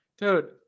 Dude